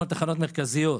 על תחנות מרכזיות,